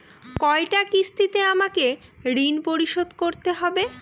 কয়টা কিস্তিতে আমাকে ঋণ পরিশোধ করতে হবে?